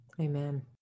Amen